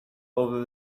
over